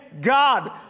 God